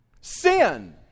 Sin